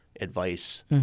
advice